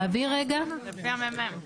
אנחנו